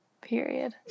period